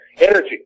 Energy